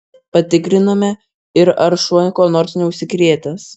patikriname ir ar šuo kuo neužsikrėtęs